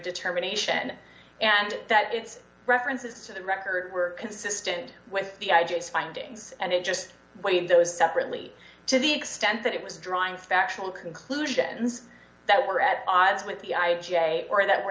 determination and that its references to the record were consistent with the i j a findings and it just weighed those separately to the extent that it was drawing factual conclusions that were at odds with the i j a or that were